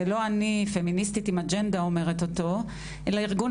ולא אני פמיניסטית עם אג'נדה אומרת אותו אלא ארגון